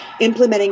implementing